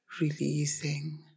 releasing